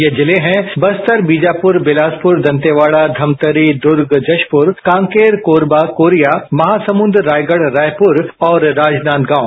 ये जिले हैं बस्तर बीजापुर बिलासपुर दंतेवाड़ा धमतरी दुर्ग जशपुर कांकेर कोरबा कोरिया महासमुद रायगढ़ रायपुर और राजनादगाव